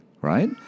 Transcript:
right